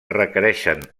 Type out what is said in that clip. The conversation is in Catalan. requereixen